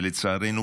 ולצערנו,